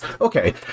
Okay